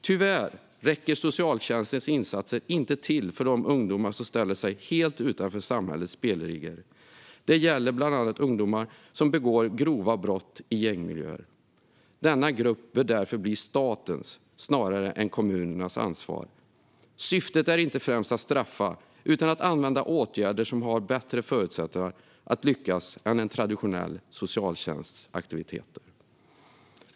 Tyvärr räcker socialtjänstens insatser inte till för de ungdomar som ställer sig helt utanför samhällets spelregler. Det gäller bland annat de ungdomar som begår grova brott i gängmiljö. Denna grupp bör därför bli statens snarare än kommunernas ansvar. Syftet är inte främst att straffa utan att vidta åtgärder som ger bättre förutsättningar att lyckas än en traditionell socialtjänsts insatser.